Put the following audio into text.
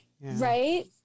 Right